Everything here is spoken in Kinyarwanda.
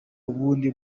ubundi